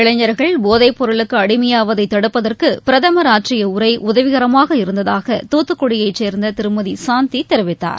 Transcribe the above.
இளைஞர்கள் போதைப் பொருளுக்கு அடிமையாவதை தடுப்பதற்கு பிரதமர் ஆற்றிய உரை உதவிகரமாக இருந்ததாக தூத்துக்குடியைச் சேர்ந்த திருமதி சாந்தி தெரிவித்தார்